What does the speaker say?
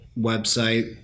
website